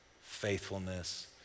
faithfulness